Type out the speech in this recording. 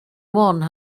one